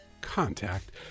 Contact